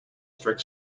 strict